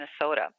minnesota